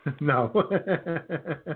No